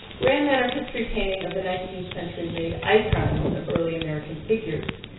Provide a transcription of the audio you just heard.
grand manner history painting of the nineteenth century made icons of early american figures,